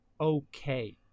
okay